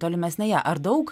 tolimesnėje ar daug